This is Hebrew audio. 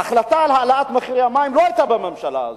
ההחלטה על העלאת מחירי המים לא היתה בממשלה הזאת,